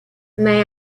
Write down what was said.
may